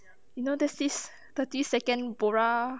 you know there's this thirty second bora